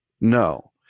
No